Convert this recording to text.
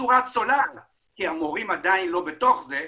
בצורה צולעת כי המורים עדיין לא בתוך זה,